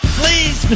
please